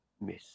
miss